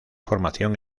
formación